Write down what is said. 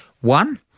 One